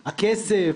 הכסף,